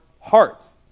hearts